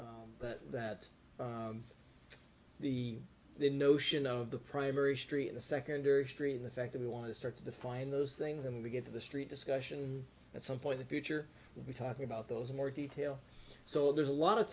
that that the notion of the primary street in the secondary street and the fact that we want to start to find those things and we get to the street discussion at some point the future we're talking about those more detail so there's a lot of